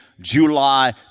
July